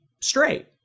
straight